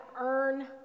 earn